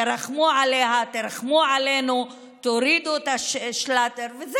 תרחמו עליה, תרחמו עלינו, תורידו את השאלטר וזהו.